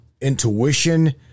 intuition